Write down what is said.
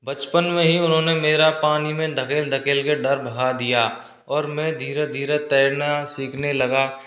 बचपन में ही उन्होंने मेरा पानी में ढकेल ढकेल के डर भगा दिया और मैं धीरे धीरे तैरना सीखने लगा